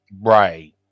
Right